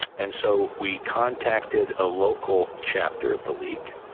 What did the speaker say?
and so we contacted a local chapter of the league,